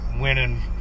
winning